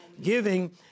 giving